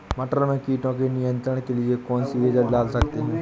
मटर में कीटों के नियंत्रण के लिए कौन सी एजल डाल सकते हैं?